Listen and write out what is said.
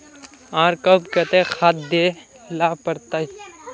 आर कब केते खाद दे ला पड़तऐ?